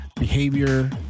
behavior